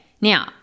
now